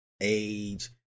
age